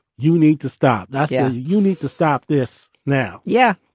you need to stop that. yeah you need to stop this now. yeah,